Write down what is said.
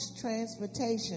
transportation